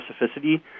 specificity